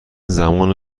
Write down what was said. زمان